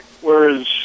whereas